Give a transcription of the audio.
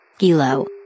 Gilo